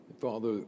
Father